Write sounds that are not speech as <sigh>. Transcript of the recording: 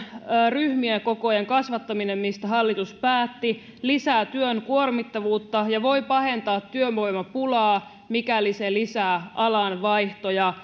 ryhmien kokojen kasvattaminen mistä hallitus päätti lisää työn kuormittavuutta ja voi pahentaa työvoimapulaa mikäli se lisää alanvaihtoja <unintelligible>